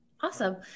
Awesome